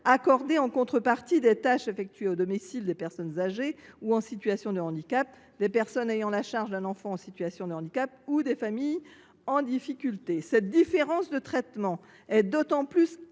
accordée en contrepartie des tâches effectuées au domicile des personnes âgées ou en situation de handicap, des personnes ayant la charge d’un enfant en situation de handicap et des familles en difficulté. Cette différence de traitement est d’autant plus